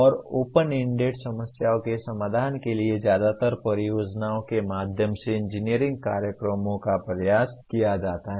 और open ended समस्याओं के समाधान के लिए ज्यादातर परियोजनाओं के माध्यम से इंजीनियरिंग कार्यक्रमों का प्रयास किया जाता है